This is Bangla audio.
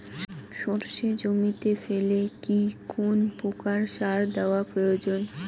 সর্ষে জমিতে ফেলে কি কোন প্রকার সার দেওয়া প্রয়োজন?